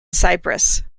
cyprus